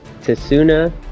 Tasuna